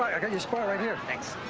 i got your spot right here. thanks.